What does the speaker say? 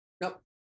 nope